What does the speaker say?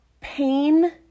pain